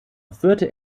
führte